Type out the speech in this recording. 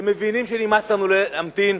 הם מבינים שנמאס לנו להמתין.